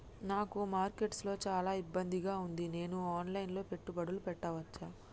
నాకు మార్కెట్స్ లో చాలా ఇబ్బందిగా ఉంది, నేను ఆన్ లైన్ లో పెట్టుబడులు పెట్టవచ్చా?